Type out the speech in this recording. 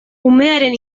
umearen